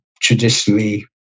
traditionally